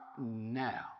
now